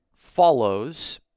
follows